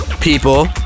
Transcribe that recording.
people